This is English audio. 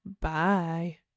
bye